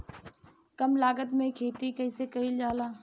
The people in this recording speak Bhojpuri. कम लागत में खेती कइसे कइल जाला?